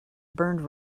burned